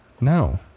No